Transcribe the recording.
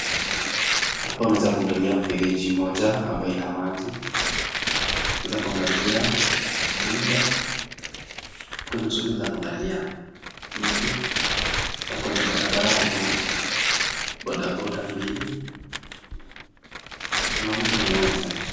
Hapa unaeza kuangalia mfereji mmoja ambayo ina maji. Unaweza kuangalia jumba, kwenye usuli unaweza kuangalia miti na kwenye barabara kuna bodaboda mbili, kuna mtu mmoja.